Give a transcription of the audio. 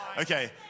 Okay